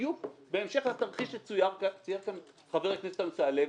בדיוק בהמשך לתרחיש שצייר כאן חבר הכנסת אמסלם,